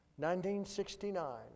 1969